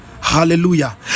hallelujah